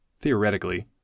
theoretically